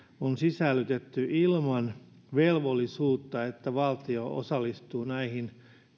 on sisällytetty ilman velvollisuutta että valtio osallistuu näihin